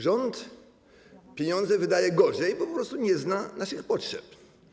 Rząd pieniądze wydaje gorzej, po prostu nie zna naszych potrzeb.